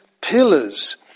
pillars